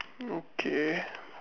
okay